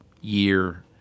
year